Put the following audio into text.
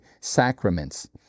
sacraments